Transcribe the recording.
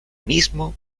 mismo